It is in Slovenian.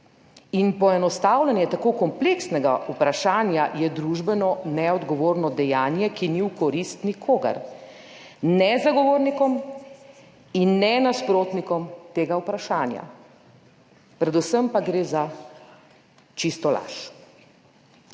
in poenostavljanje tako kompleksnega vprašanja je družbeno neodgovorno dejanje, ki ni v korist nikogar, ne zagovornikom in ne nasprotnikom tega vprašanja. Predvsem pa gre za čisto laž.